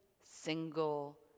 single